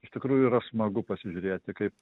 iš tikrųjų yra smagu pasižiūrėti kaip